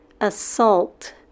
Assault